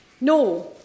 No